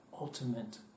ultimate